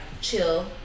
chill